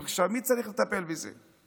בבקשה, מי צריך לטפל בזה?